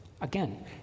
Again